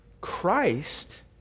Christ